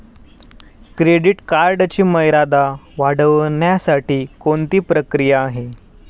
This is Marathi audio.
क्रेडिट कार्डची मर्यादा वाढवण्यासाठी कोणती प्रक्रिया आहे?